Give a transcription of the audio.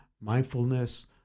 mindfulness